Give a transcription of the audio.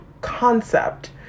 concept